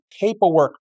paperwork